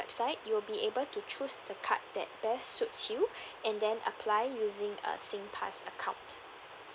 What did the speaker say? website you'll be able to choose the card that best suits you and then apply using a singpass account